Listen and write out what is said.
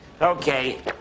Okay